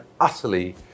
utterly